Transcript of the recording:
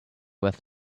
worth